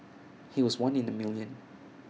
he was one in A million